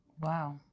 Wow